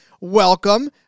welcome